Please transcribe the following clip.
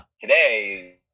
today